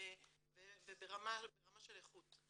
וברמה של איכות.